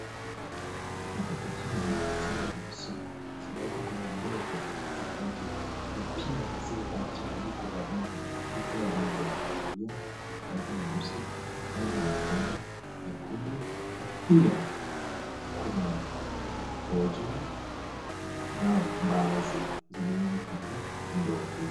Nafaka hizi zimo kwenye soko. Zimewekwa kwenye ndoo tofauti tofauti na pia ziko kwa mchanganyiko wa rangi, ikiwa rangi ya kahawia, rangi nyeusi, rangi ya manjano, nyekundu na pia kuna hojo na mbaazi ziliomo kwenye ndoo hizi.